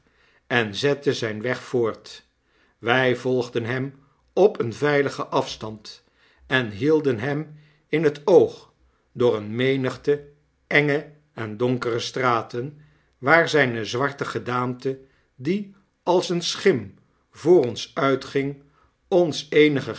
en zette zijn weg voort wij volgden hem op een veiligen afstand en hielden hem in het oog door eene menigte enge en donkere straten waar zyne zwarte gedaante die als eene schim voor ons uitging onze eenige